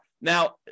Now